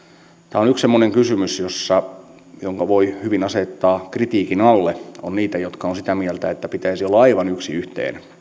tämä on yksi semmoinen kysymys jonka voi hyvin asettaa kritiikin alle on niitä jotka ovat sitä mieltä että pitäisi olla aivan yksi yhteen